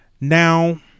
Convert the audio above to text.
now